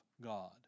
God